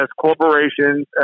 corporations